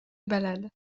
ballades